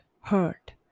hurt